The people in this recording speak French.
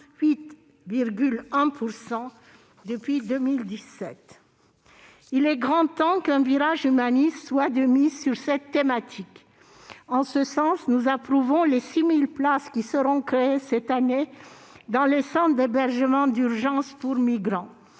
68,1 % depuis 2017. Il est grand temps qu'un virage humaniste soit de mise sur cette thématique. En ce sens, nous approuvons la création de 6 000 places cette année dans les centres d'hébergement d'urgence pour migrants,